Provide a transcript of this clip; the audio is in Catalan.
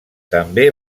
també